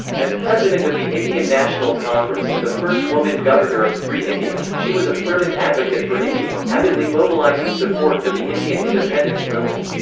as president of the indian national congress and the first woman governor of free india, she was a fervent advocate for india, avidly mobilizing support for the indian independence movement.